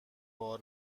بار